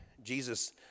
Jesus